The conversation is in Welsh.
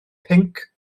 pinc